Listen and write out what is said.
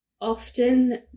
Often